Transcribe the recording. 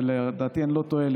ולדעתי אני לא טועה,